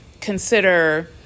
consider